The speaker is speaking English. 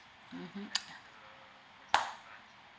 mmhmm